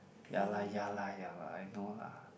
ya lah ya lah ya lah I know lah